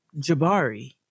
Jabari